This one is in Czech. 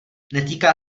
netýká